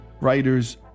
writers